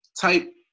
Type